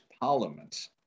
Parliament